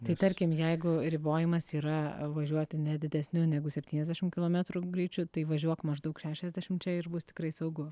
tai tarkim jeigu ribojimas yra važiuoti ne didesniu negu septyniasdešim kilometrų greičiu tai važiuok maždaug šešiasdešimčia ir bus tikrai saugu